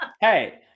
Hey